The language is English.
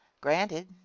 Granted